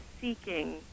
seeking